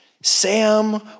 Sam